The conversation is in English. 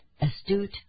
astute